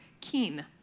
keen